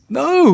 no